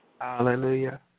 Hallelujah